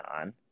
on